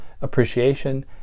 appreciation